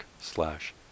slash